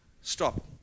stop